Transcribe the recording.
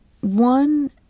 one